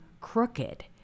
crooked